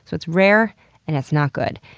so it's rare and it's not good.